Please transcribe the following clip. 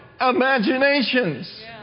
imaginations